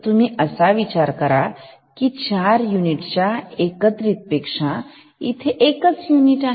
तर तुम्ही असा विचार करा की चार युनिटच्या एकत्रित पेक्षा एक युनिट